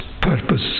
purpose